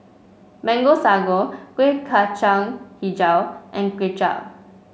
Mango Sago Kueh Kacang hijau and Kway Chap